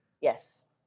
Yes